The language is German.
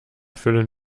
füllen